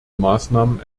maßnahmen